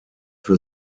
für